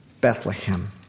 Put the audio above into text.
Bethlehem